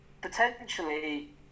potentially